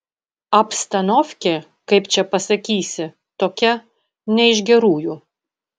abstanovkė kaip čia pasakysi tokia ne iš gerųjų